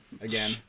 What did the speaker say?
again